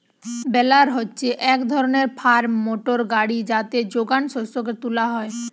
বেলার হচ্ছে এক ধরণের ফার্ম মোটর গাড়ি যাতে যোগান শস্যকে তুলা হয়